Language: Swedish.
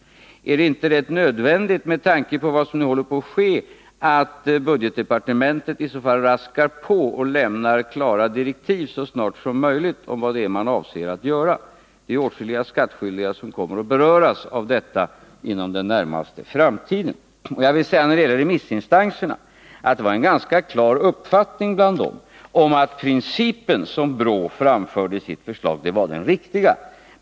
Är det inte med tanke på vad som håller på att ske rätt nödvändigt att budgetdepartementet raskar på och lämnar klara direktiv så snart som möjligt om vad som skall göras? Det är åtskilliga skattskyldiga som inom den närmaste framtiden kommer att beröras av detta. Bland remissinstanserna var det en allmän mening att principen i BRÅ:s förslag var riktig.